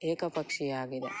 ಏಕ ಪಕ್ಷೀಯ ಆಗಿದೆ